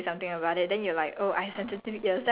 damn it I cannot speak chinese err I trying to like